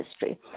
history